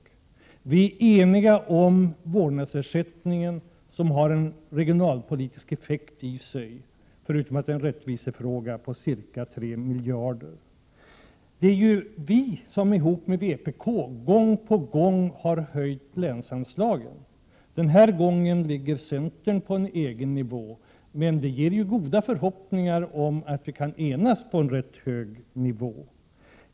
Vi är 26 maj 1988 eniga om vårdnadsersättningen, som har en regionalpolitisk effekt inbyggd i sig — förutom att det är en rättvisefråga — på ca 3 miljarder. Det är vi i centern som tillsammans med vpk gång på gång har höjt länsanslagen. Den här gången har centern en egen nivå, men det finns goda förhoppningar om att vi kan enas om en rätt hög nivå.